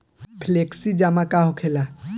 Flexi जमा का होखेला?